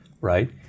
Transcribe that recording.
right